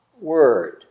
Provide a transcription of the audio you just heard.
word